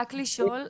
רק לשאול,